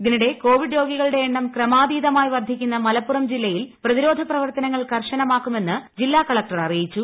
ഇതിനിടെ കോവിഡ് രോഗികളുടെ എണ്ണം ക്രമാതീതമായി വർദ്ധിക്കുന്ന മലപ്പുറം ജില്ലയിൽ പ്രതിരോധ പ്രവർത്തനങ്ങൾ കർശനമാക്കുമെന്ന് ജില്ലാ കളക്ടർ അറിയിച്ചു